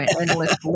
endless